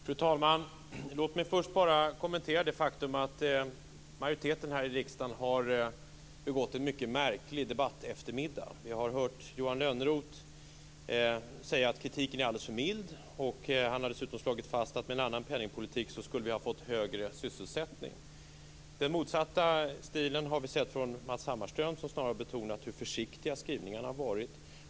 Fru talman! Låt mig först bara kommentera det faktum att majoriteten här i riksdagen har begått en mycket märklig debatteftermiddag. Vi har hört Johan Lönnroth säga att kritiken är alldeles för mild. Han har dessutom slagit fast att med en annan penningpolitik skulle vi ha fått högre sysselsättning. Det motsatta har vi hört från Matz Hammarström, som snarare betonat hur försiktiga skrivningarna har varit.